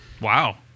Wow